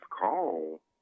call